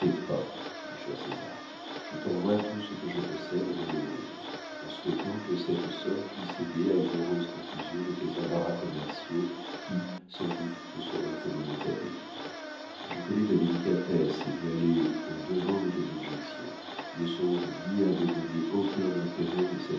mon cher césar je t'envoie tout ce que je possède dans le monde en souhaitant que cette somme puisse aider à une heureuse conclusion de tes embarras commerciaux qui sans doute ne seront que momentanés je connais ta délicatesse et veux aller au devant de tes objections ne songe ni à me donner aucun intérêt de